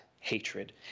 hatred